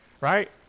right